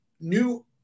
new